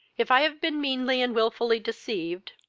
if i have been meanly and wilfully deceived,